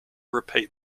repeat